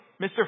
Mr